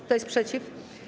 Kto jest przeciw?